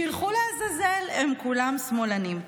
שילכו לעזאזל, הם כולם שמאלנים.